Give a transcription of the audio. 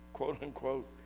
quote-unquote